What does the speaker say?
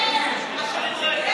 אתה פוגע בו.